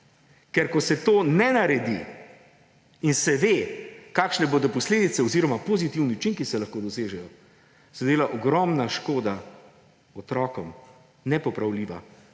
Ker ko se tega ne naredi – in se ve, kakšne bodo posledice oziroma pozitivni učinki se lahko dosežejo – se dela ogromna škoda otrokom, nepopravljiva,